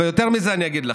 ויותר מזה אני אגיד לכם.